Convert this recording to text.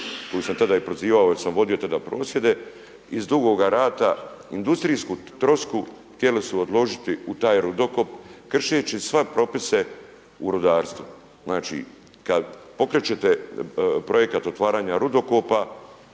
koju sam tada i prozivao jer sam vodio tada prosvjede iz Dugoga rata industrijsku trosku htjeli su odložiti u taj rudokop kršeći sve propise u rudarstvu. Znači kada pokrećete projekat otvaranja rudokopa